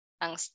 ang